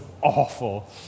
awful